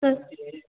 sir